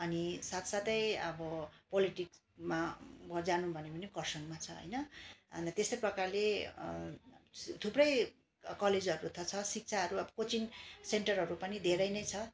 अनि साथसाथै अब पोलिटिकमा अब जानु भन्यो भने खरसाङमा छ होइन अन्त त्यस्तै प्रकारले थुप्रै कलेजहरू त छ शिक्षाहरू अब कोचिङ सेन्टरहरू पनि धेरै नै छ